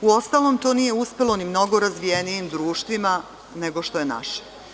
Uostalom, to nije uspelo ni mnogo razvijenijim društvima, nego što je naše.